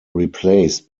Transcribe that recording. replaced